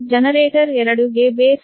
generator 2 ಗೆ base voltage ಸಹ 6